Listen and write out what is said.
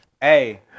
Hey